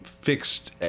fixed